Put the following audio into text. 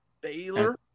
Baylor